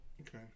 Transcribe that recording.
Okay